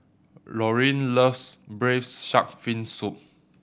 Lorene loves braise shark fin soup